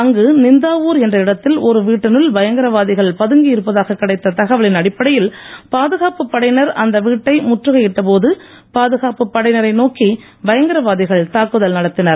அங்கு நிந்தாவூர் என்ற இடத்தில் ஒரு வீட்டினுள் பயங்கரவாதிகள் பதுங்கி இருப்பதாக கிடைத்த தகவலின் அடிப்படையில் பாதுகாப்பு படையினர் அந்த வீட்டை முற்றுகையிட்டபோது பாதுகாப்பு படையினரை நோக்கி பயங்கரவாதிகள் தாக்குதல் நடத்தினர்